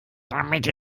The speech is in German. damit